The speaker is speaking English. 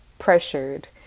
pressured